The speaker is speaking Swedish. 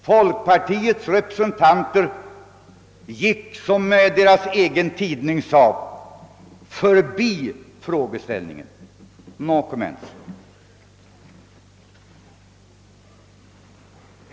Folkpartiets representanter gick, som deras egen tidning uttryckte det, förbi frågeställningen. No comments!